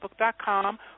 facebook.com